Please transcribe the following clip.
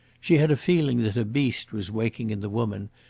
she had a feeling that a beast was waking in the woman,